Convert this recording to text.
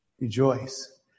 rejoice